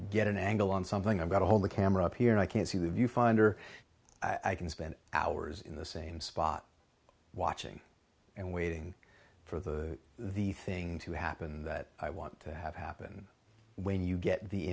get an angle on something i've got to hold the camera up here and i can see the viewfinder i can spend hours in the same spot watching and waiting for the the thing to happen that i want to have happen when you get the